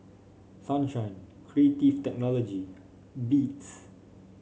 Sunshine Creative Technology Beats